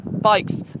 Bikes